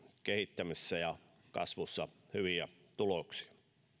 kehittämisessä ja kasvussa hyviä tuloksia